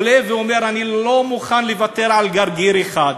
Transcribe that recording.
עולה ואומר: אני לא מוכן לוותר על גרגר אחד.